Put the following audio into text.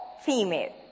female